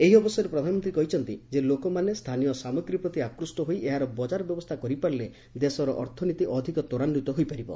ଏହି ଅବସରରେ ପ୍ରଧାନମନ୍ତ୍ରୀ କହିଛନ୍ତି ଯେ ଲୋକମାନେ ସ୍ଥାନୀୟ ସାମଗ୍ରୀ ପ୍ରତି ଆକୃଷ୍ଟ ହୋଇ ଏହାର ବଜାର ବ୍ୟବସ୍ଥା କରିପାରିଲେ ଦେଶର ଅର୍ଥନୀତି ଅଧିକ ତ୍ୱରାନ୍ୱିତ ହୋଇପାରିବ